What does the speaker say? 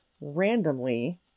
randomly